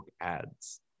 ads